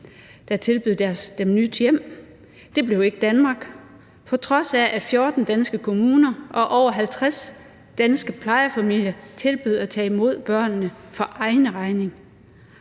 der tilbød dem et nyt hjem. Det blev ikke Danmark, på trods af at 14 danske kommuner og over 50 danske plejefamilier tilbød at tage imod børnene for egen regning,